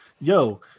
yo